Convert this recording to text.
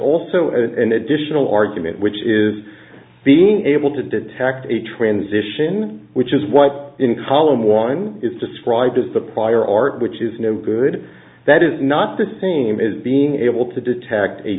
also an additional argument which is being able to detect a transition which is what in column one is described as the prior art which is no good that is not the same as being able to detect a